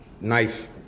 knife